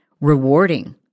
rewarding